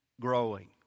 growing